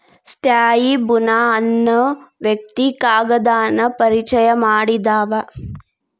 ತ್ಸಾಯಿ ಬುನಾ ಅನ್ನು ವ್ಯಕ್ತಿ ಕಾಗದಾನ ಪರಿಚಯಾ ಮಾಡಿದಾವ